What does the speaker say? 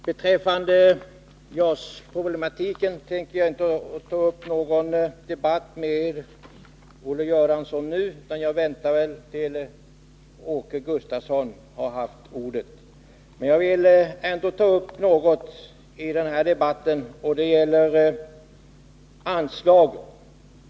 Herr talman! Beträffande JAS-problematiken tänker jag inte nu ta upp någon debatt med Olle Göransson, utan jag väntar väl tills Åke Gustavsson har haft ordet. Men jag vill ändå ta upp frågan om anslagen.